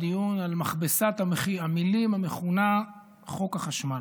בדיון על מכבסת המילים המכונה "חוק החשמל".